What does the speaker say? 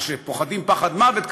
מה שפוחדים פחד מוות,